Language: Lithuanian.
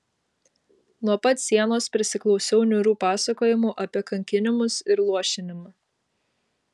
nuo pat sienos prisiklausiau niūrių pasakojimų apie kankinimus ir luošinimą